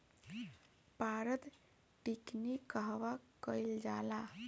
पारद टिक्णी कहवा कयील जाला?